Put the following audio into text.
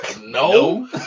No